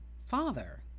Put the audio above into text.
father